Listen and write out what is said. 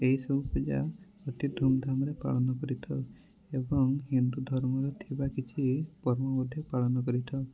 ଏହି ସବୁ ପୂଜା ଅତି ଧୁମ୍ଧାମ୍ରେ ପାଳନ କରିଥାଉ ଏବଂ ହିନ୍ଦୁ ଧର୍ମରେ ଥିବା କିଛି ପର୍ବ ମଧ୍ୟ ପାଳନ କରିଥାଉ